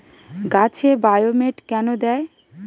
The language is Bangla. গাছে বায়োমেট কেন দেয়?